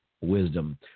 wisdom